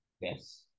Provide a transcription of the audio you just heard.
Yes